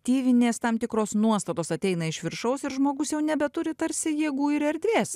tyvinės tam tikros nuostatos ateina iš viršaus ir žmogus jau nebeturi tarsi jėgų ir erdvės